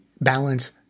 balance